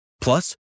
Plus